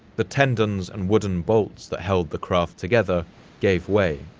the tendons and wooden bolts that held the craft together gave way.